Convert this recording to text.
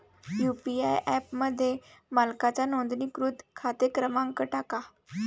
UPI ॲपमध्ये मालकाचा नोंदणीकृत खाते क्रमांक टाका